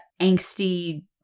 angsty